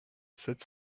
sept